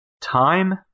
Time